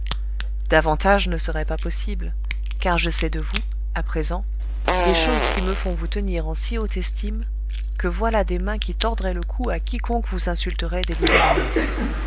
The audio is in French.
davantage ne serait pas possible car je sais de vous à présent des choses qui me font vous tenir en si haute estime que voilà des mains qui tordraient le cou à quiconque vous insulterait délibérément